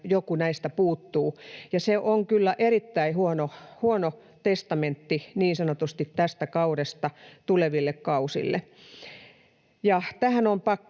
joku näistä puuttuu, ja se on kyllä niin sanotusti erittäin huono testamentti tästä kaudesta tuleville kausille. Tähän on pakko